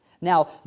now